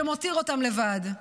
שמותיר אותם לבד.